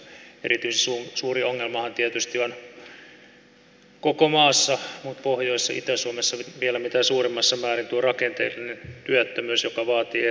ongelmahan on erityisen suuri tietysti koko maassa mutta pohjois ja itä suomessa on vielä mitä suurimmassa määrin rakenteellinen työttömyys joka vaatii ehdottomasti toimenpiteitä